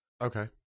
Okay